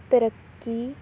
ਤਰੱਕੀ